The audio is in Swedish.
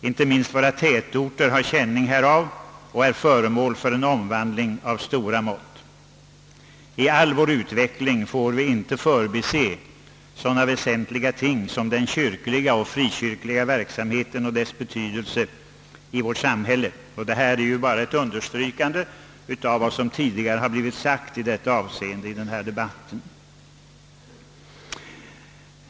Inte minst tätorterna har känning härav och är föremål för en omvandling av stora mått. Vid all denna utveckling får vi inte förbise sådana väsentliga ting som den kyrkliga och frikyrkliga verksamheten och dess betydelse för samhället — detta är bara ett understrykande av vad som i det avseendet tidigare blivit sagt i denna debatt.